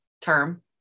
term